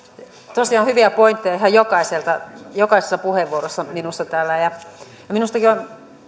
tosiaan hyviä pointteja ihan jokaisessa puheenvuorossa minusta täällä minustakin on